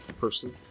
person